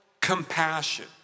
compassion